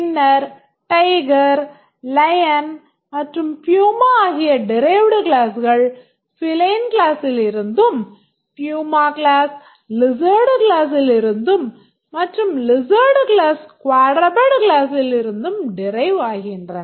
பின்னர் tiger lion மற்றும் puma ஆகிய derived கிளாஸ்கள் feline கிளாஸ்சிலிருந்தும் puma கிளாஸ் lizard கிளாஸ்சிலிருந்தும் மற்றும் lizard கிளாஸ் quadruped கிளாஸ்சிலிருந்தும் derive ஆகின்றன